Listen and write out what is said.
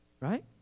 right